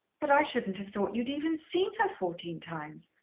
but i shouldn't have thought you'd even seen her fourteen times,